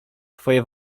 twoje